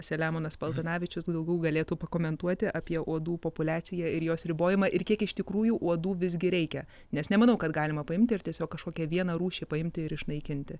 selemonas paltanavičius daugiau galėtų pakomentuoti apie uodų populiaciją ir jos ribojimą ir kiek iš tikrųjų uodų visgi reikia nes nemanau kad galima paimti ir tiesiog kažkokią vieną rūšį paimti ir išnaikinti